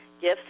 gifts